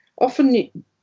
often